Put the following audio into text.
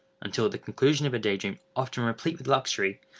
until, at the conclusion of a day dream often replete with luxury,